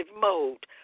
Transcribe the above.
mode